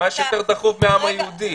מה יש יותר דחוף מהעם היהודי?